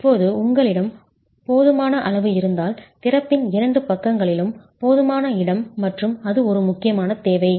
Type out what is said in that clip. இப்போது உங்களிடம் போதுமான அளவு இருந்தால் திறப்பின் இரண்டு பக்கங்களிலும் போதுமான இடம் மற்றும் அது ஒரு முக்கியமான தேவை